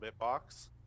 Bitbox